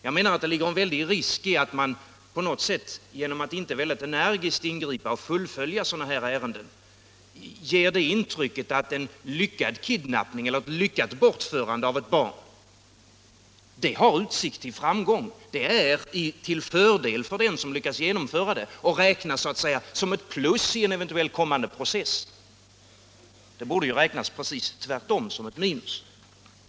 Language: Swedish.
Jag menar att det ligger en väldig risk i att man på något sätt genom att inte mycket energiskt ingripa och fullfölja sådana här ärenden ger intrycket av att ett lyckat bortförande av ett barn har utsikt till framgång. Det är till fördel för den som lyckas genomföra bortförandet och räknas m ”ett plus” i en eventuell kommande process. Det borde ju precis tvärtom räknas som ett minus.